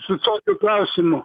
su tokiu klausimu